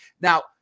Now